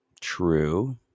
true